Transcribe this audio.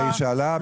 אה, היא שאלה?